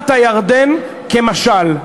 בקעת-הירדן, כמשל.